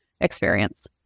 experience